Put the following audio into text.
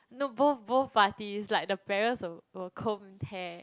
no both both parties like the parents will comb hair